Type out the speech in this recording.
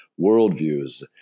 worldviews